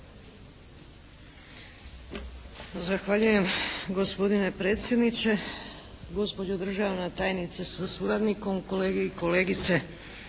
Zahvaljujem gospodine predsjedniče, gospođo državna tajnice sa suradnikom, kolege i kolegice